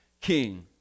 king